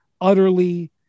utterly